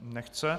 Nechce.